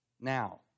now